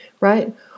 right